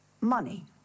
Money